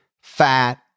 fat